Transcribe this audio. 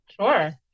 Sure